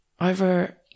over